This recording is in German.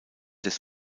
des